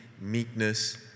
meekness